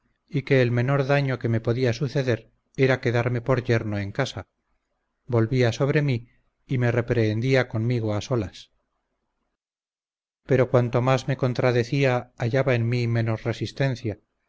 y que el menor daño que me podía suceder era quedarme por yerno en casa volvía sobre mi y me reprehendía conmigo a solas pero cuanto más me contradecía hallaba en mí menos resistencia